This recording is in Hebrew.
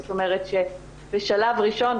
זאת אומרת שבשלב ראשון,